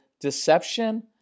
deception